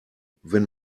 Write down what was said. wenn